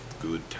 Good